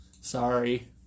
Sorry